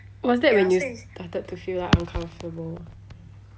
was that when you started to feel like uncomfortable